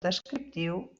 descriptiu